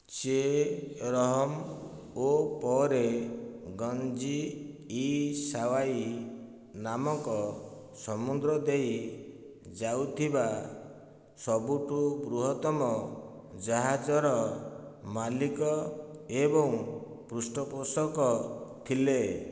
ଚେ ରହମ୍ ଓ ପରେ ଗଞ୍ଜି ଇସାୱାଇ ନାମକ ସମୁଦ୍ର ଦେଇ ଯାଉଥିବା ସବୁଠୁ ବୃହତ୍ତମ ଜାହାଜର ମାଲିକ ଏବଂ ପୃଷ୍ଠପୋଷକ ଥିଲେ